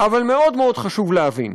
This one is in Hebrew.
אבל מאוד מאוד חשוב להבין: